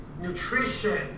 nutrition